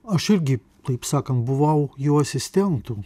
aš irgi taip sakant buvau jo asistentu